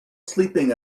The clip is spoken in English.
sleeping